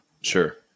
Sure